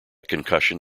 concussion